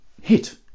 hit